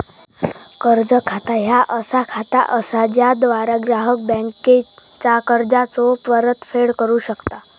कर्ज खाता ह्या असा खाता असा ज्याद्वारा ग्राहक बँकेचा कर्जाचो परतफेड करू शकता